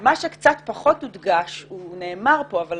מה שקצת פחות הודגש זה נאמר פה, אבל